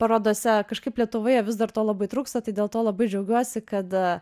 parodose kažkaip lietuvoje vis dar to labai trūksta tai dėl to labai džiaugiuosi kad